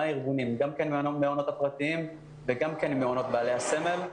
ארגונים גם עם המעונות הפרטיים וגם עם המעונות בעלי הסמל,